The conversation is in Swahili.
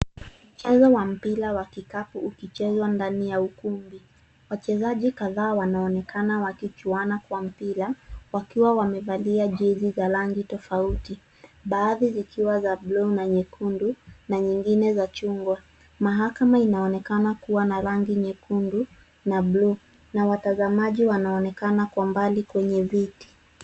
Mchezo wa mpira wa kikapu ukichezwa ndani ya ukumbi. Wachezaji kadhaa wanaonekana wakichuana kwa mpira wakiwa wamevalia jezi za rangi tofauti, baadhi zikiwa za buluu na nyekundu na nyingine za chungwa. Mahakama inaonekana kuwa na rangi nyekundu na buluu na watazamaji wanaonekana kwa mbali kwenye viti.